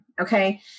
Okay